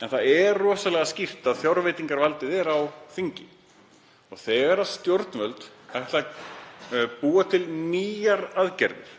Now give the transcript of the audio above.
Það er rosalega skýrt að fjárveitingarvaldið er á þingi og þegar stjórnvöld ætla að búa til nýjar aðgerðir,